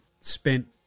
spent